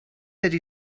ydy